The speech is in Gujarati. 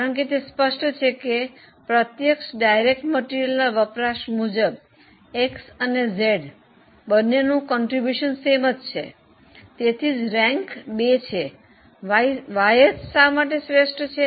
કારણ કે તે સ્પષ્ટ છે કે પ્રત્યક્ષ માલ સામાનના વપરાશ મુજબ X અને Z બંનેનો ફાળો સમાન છે તેથી જ રેન્ક 2 છે Y શા માટે શ્રેષ્ઠ છે